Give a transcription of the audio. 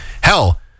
hell